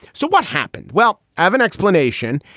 so what happened? well, i have an explanation.